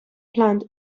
plant